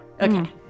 Okay